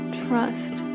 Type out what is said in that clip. trust